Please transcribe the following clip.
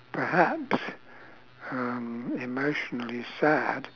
perhaps um emotionally sad